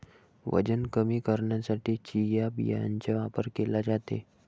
वजन कमी करण्यासाठी चिया बियांचा वापर केला जातो